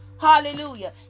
Hallelujah